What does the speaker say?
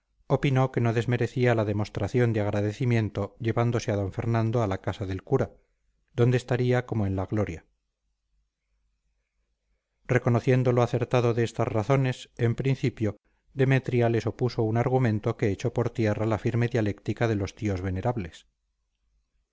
opinó que no desmerecía la demostración de agradecimiento llevándose a d fernando a la casa del cura donde estaría como en la gloria reconociendo lo acertado de estas razones en principio demetria les opuso un argumento que echó por tierra la firme dialéctica de los tíos venerables